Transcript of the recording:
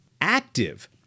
Active